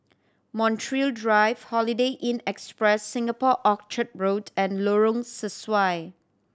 Montreal Drive Holiday Inn Express Singapore Orchard Road and Lorong Sesuai